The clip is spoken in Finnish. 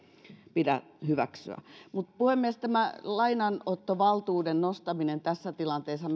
pidä hyväksyä puhemies tämä lainanottovaltuuden nostaminen tässä tilanteessa